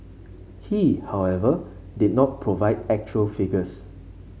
he however did not provide actual figures